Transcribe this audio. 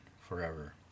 forever